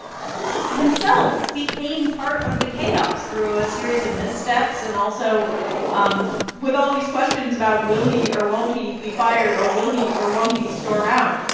he himself became part of the chaos through a series of missteps and also um with all these questions about, will he or won't he be fired, or will he or won't he storm out?